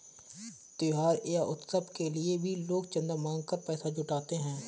त्योहार या उत्सव के लिए भी लोग चंदा मांग कर पैसा जुटाते हैं